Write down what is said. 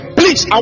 please